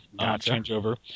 changeover